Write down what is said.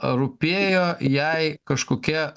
rūpėjo jai kažkokia